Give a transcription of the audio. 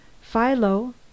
Philo